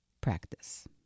practice